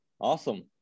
Awesome